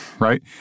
right